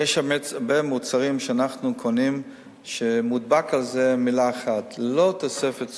יש הרבה מוצרים שאנחנו קונים שמודבקת עליהם תווית: "ללא תוספת סוכר".